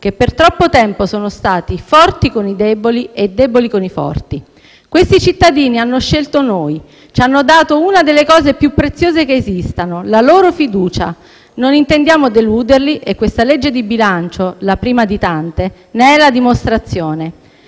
che per troppo tempo sono stati forti con i deboli e deboli con i forti. Questi cittadini hanno scelto noi, ci hanno dato una delle cose più preziose che esistano: la loro fiducia. Non intendiamo deluderli e questo disegno di legge di bilancio, la prima di tante, ne è la dimostrazione.